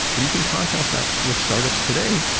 but you can contrast that with startups today,